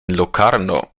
locarno